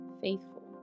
faithful